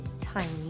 tiny